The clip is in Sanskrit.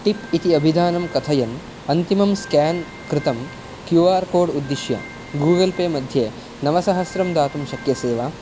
टिप् इति अभिधानं कथयन् अन्तिमं स्क्यान् कृतं क्यू आर् कोड् उद्दिश्य गूगल् पेमध्ये नवसहस्रं दातुं शक्यसे वा